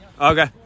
Okay